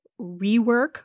Rework